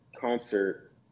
concert